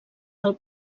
del